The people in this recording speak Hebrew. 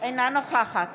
אינה נוכחת